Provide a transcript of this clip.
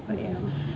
mmhmm